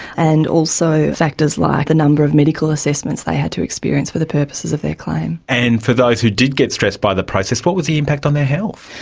and also factors like the number of medical assessments they had to experience for the purposes of their claim. and for those who did get stressed by the process, what was the impact on their health?